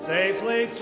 Safely